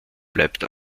bleibt